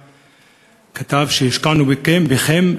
הוא כתב: השקענו בכם,